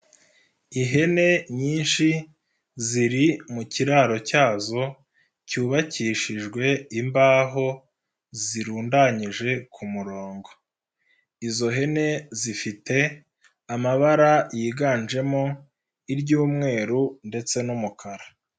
Ihene nyinshi ziri mu kiraro cyazo cyubakishijwe imbaho zirundanyije ku murongo. Izo hene zifite amabara yiganjemo iry'umweru ndetse n'umukara.